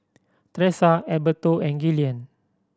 Tressa Alberto and Gillian